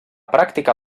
pràctica